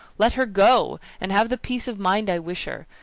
let her go, and have the peace of mind i wish her!